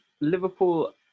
Liverpool